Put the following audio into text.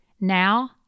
Now